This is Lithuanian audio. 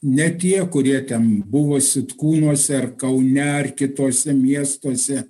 ne tie kurie ten buvo sitkūnuose ar kaune ar kituose miestuose